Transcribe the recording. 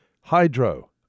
Hydro